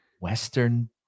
Western